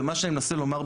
מה שאני מנסה לומר,